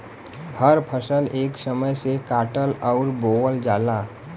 हर फसल एक समय से काटल अउर बोवल जाला